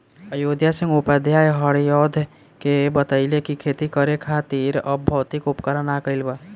अयोध्या सिंह उपाध्याय हरिऔध के बतइले कि खेती करे खातिर अब भौतिक उपकरण आ गइल बा